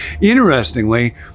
Interestingly